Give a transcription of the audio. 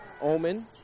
Omen